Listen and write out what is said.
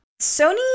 Sony